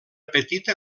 petita